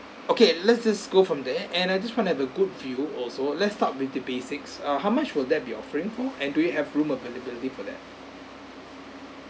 okay let's just go from there and I just want to have a good view also let's start with the basics uh how much will there be offering for and do you have room availability for that